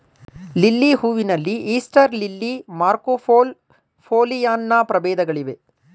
lily ಹೂವಿನಲ್ಲಿ Easter lily, Marco Polo, Pollyanna ಪ್ರಭೇದಗಳಿವೆ